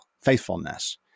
faithfulness